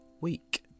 week